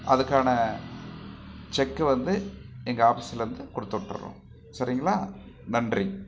அதுக்கான செக்கு வந்து எங்கள் ஆஃபிஸிலிருந்து கொடுத்துட்டுறோம் சரிங்களா நன்றி